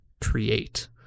create